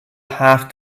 have